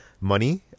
money